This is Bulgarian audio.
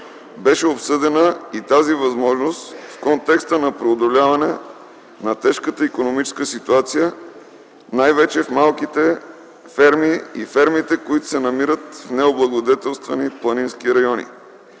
беше обсъдена и тази възможност в контекста на преодоляването на тежката икономическа ситуация най-вече в малките ферми и фермите, които се намират в необлагодетелствани планински региони,